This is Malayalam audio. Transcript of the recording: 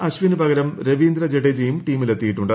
അശ്വിനു പകരം രവീന്ദ്ര ജഗ്ഗേജിയും ടീമിലെത്തിയിട്ടുണ്ട്